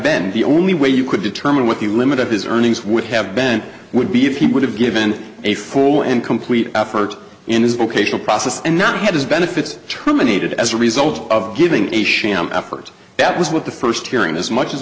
been the only way you could determine what the limit of his earnings would have been would be if he would have given a full and complete effort in his vocational process and not had his benefits terminated as a result of giving a sham effort that was what the first hearing as much as